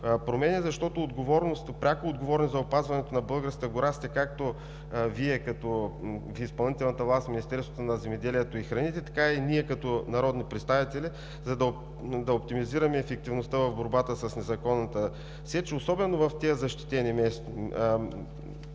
промени, защото пряката отговорност за опазване на българската гора носите както Вие като изпълнителна власт – Министерството на земеделието, храните и горите, така и ние, като народни представители, за да оптимизираме ефективността в борбата с незаконната сеч, особено в тези защитени местности.